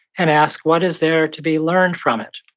and ask, what is there to be learned from it.